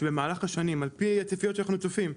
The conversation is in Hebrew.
שבמהלך השנים על פי הציפיות שאנחנו צופים,